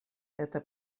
эта